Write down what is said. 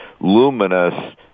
luminous